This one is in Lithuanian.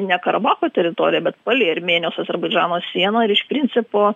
ne karabacho teritorijoj bet palei armėnijos azerbaidžano sieną iš principo